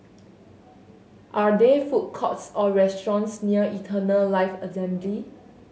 are there food courts or restaurants near Eternal Life Assembly